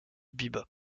bebop